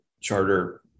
charter